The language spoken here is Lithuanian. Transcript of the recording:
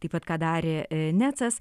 taip pat ką darė necas